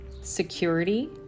Security